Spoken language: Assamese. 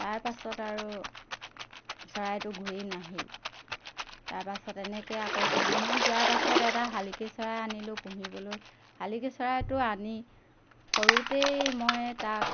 তাৰপাছত আৰু চৰাইটো ঘূৰি নাহিল তাৰপাছত এনেকৈ আকৌ কেইদিনমান যোৱাৰ পাছত এটা শালিকী চৰাই আনিলোঁ পুহিবলৈ শালিকী চৰাইটো আনি সৰুতেই মই তাক